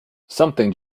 something